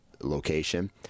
location